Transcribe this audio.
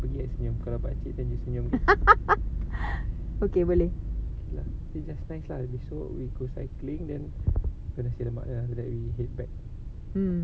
beli I senyum kalau pakcik then you senyum okay think just nice lah so we go cycling then go nasi lemak ya then after that we head back